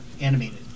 animated